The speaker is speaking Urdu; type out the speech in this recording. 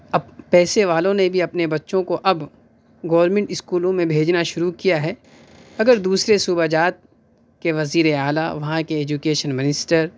اب پیسے والوں نے بھی اپنے بچوں کو اب گورنمنٹ اسکولوں میں بھیجنا شروع کیا ہے اگر دوسرے صوبہ جات کے وزیراعلیٰ وہاں کے ایجوکیشن منسٹر